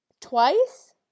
Twice